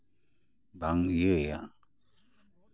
ᱵᱟᱝ ᱤᱭᱟᱹᱭᱟ